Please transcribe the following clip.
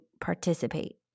participate